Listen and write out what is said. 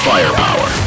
Firepower